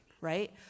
right